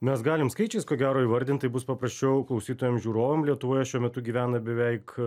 mes galim skaičiais ko gero įvardint tai bus paprasčiau klausytojam žiūrovam lietuvoje šiuo metu gyvena beveik